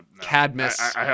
Cadmus